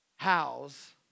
How's